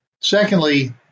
Secondly